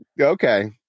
Okay